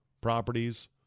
properties